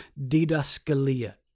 didascalia